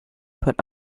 put